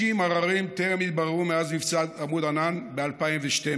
50 עררים טרם התבררו מאז מבצע עמוד ענן ב-2012.